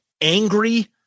angry